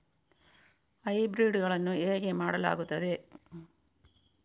Hybrid ಗಳನ್ನು ಹೇಗೆ ಮಾಡಲಾಗುತ್ತದೆ?